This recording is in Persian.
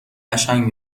قشنگ